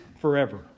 forever